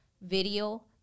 video